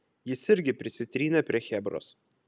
jis irgi prisitrynė prie chebros